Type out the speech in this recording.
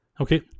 okay